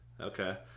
Okay